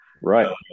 Right